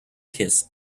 kiss